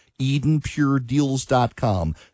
EdenPureDeals.com